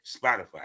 Spotify